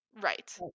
Right